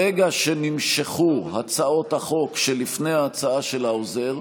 ברגע שנמשכו הצעות החוק שלפני ההצעה של האוזר,